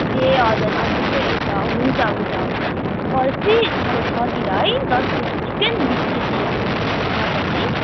ए हजुर नजिकै रहेछ हुन्छ हुन्छ हुन्छ पर्सी साँढे छतिर है दस केजी चिकन बिस केजी मटन है